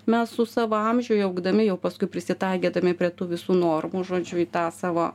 mes su savo amžiu augdami jau paskui prisitaikydami prie tų visų normų žodžiu į tą savo